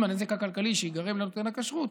עם הנזק הכלכלי שייגרם לנותן הכשרות,